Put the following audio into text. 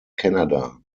canada